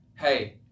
Hey